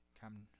come